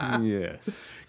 Yes